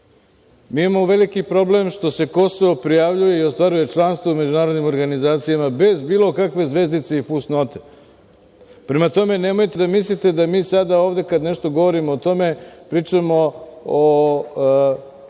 imamo velike problem što se Kosovo prijavljuje i ostvaruje članstvo u međunarodnim organizacijama bez bilo kakve zvezdice i fusnote. Prema tome, nemojte da mislite da mi sada ovde kada nešto govorimo o tome pričamo da